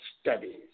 Studies